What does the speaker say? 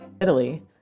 Italy